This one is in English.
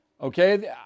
Okay